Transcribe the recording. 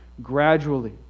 Gradually